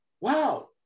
wow